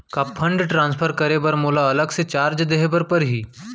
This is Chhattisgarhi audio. का फण्ड ट्रांसफर करे बर मोला अलग से चार्ज देहे बर परही?